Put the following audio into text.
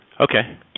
Okay